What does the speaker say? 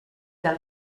del